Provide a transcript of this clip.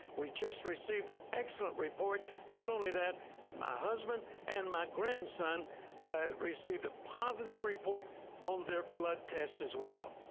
we just received an excellent report. not only that, but my husband and my grandson received a positive report on their blood test as well.